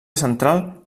central